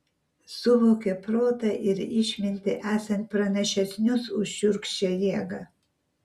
suvokė protą ir išmintį esant pranašesnius už šiurkščią jėgą